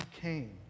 came